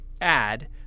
add